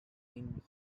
been